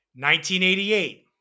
1988